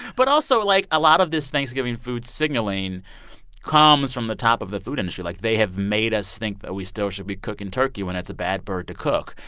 but also, like, a lot of this thanksgiving food signaling comes from the top of the food industry. like, they have made us think that we still should be cooking turkey when it's a bad bird to cook.